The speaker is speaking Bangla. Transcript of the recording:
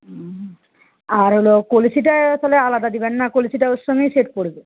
হুম আর হলো কলসিটা তাহলে আলাদা দেবেন না কলসিটা ওর সঙ্গেই সেট পড়বে